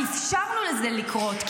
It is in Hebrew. כי אפשרנו לזה לקרות,